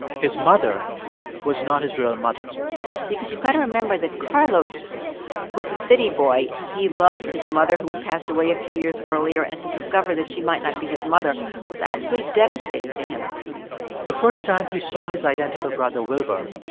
his mother was not his real mother because you've got to remember that carlos was a city boy. he loved his mother who had passed away a few years earlier and to discover that she might not be his mother was absolutely devastating to him the first time he saw his identical brother wilber,